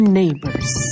neighbors